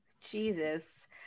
Jesus